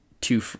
two